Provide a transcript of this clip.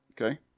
Okay